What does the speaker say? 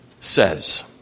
says